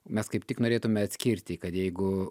mes kaip tik norėtume atskirti kad jeigu